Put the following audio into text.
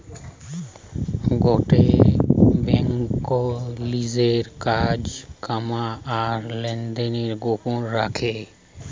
গটে বেঙ্ক লিজের কাজ কাম আর লেনদেন গোপন রাখে